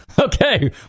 Okay